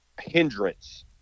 hindrance